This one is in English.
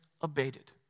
abated